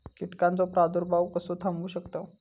कीटकांचो प्रादुर्भाव कसो थांबवू शकतव?